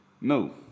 No